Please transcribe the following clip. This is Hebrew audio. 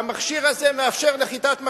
שמאפשר נחיתת מכשירים.